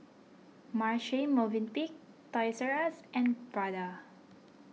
Marche Movenpick Toys R U S and Prada